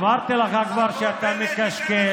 כבר אמרתי לך שאתה מקשקש.